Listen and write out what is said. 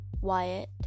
Wyatt